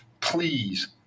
please